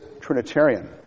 Trinitarian